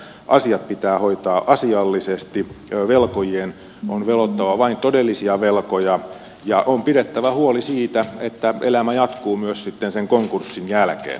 asiat pitää hoitaa asiallisesti velkojien on velottava vain todellisia velkoja ja on pidettävä huoli siitä että elämä jatkuu myös sitten sen konkurssin jälkeen